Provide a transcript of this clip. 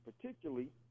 particularly